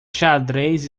xadrez